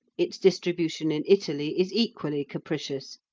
its distribution in italy is equally capricious,